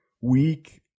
week